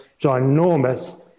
ginormous